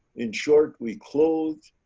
in short, we clothed,